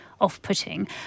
off-putting